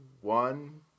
one